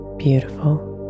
Beautiful